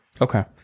okay